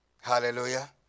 Hallelujah